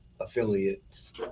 affiliates